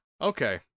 Okay